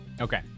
Okay